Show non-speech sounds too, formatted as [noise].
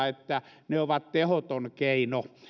[unintelligible] että ne ovat tehoton keino